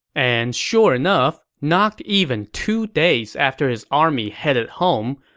and sure enough, not even two days after his army headed home,